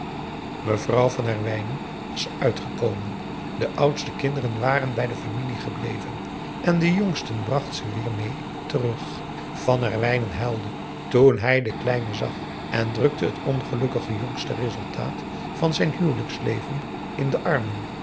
mevrouw van herwijnen was uitgekomen de oudste kinderen waren bij de familie gebleven en de jongsten bracht ze weer meê terug van herwijnen huilde toen hij de kleinen zag en drukte het ongelukkige jongste resultaat p a daum hoe hij raad van indië werd onder ps maurits van zijn huwelijksleven in de armen